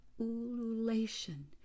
ululation